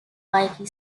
mickey